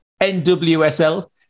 NWSL